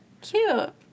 Cute